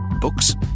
books